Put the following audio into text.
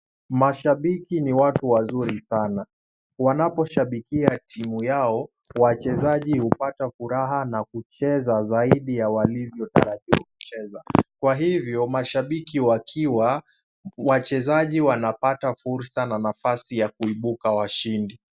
Mashabiki ni watu wazuri sana. Wanaposhabikia timu yao, wachezaji hupata furaha na kucheza zaidi ya walivyo tarajia kucheza. Kwa hivyo, mashabiki wakiwa, wachezaji wanapata fursa na nafasi ya kuibuka washindi.